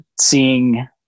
seeing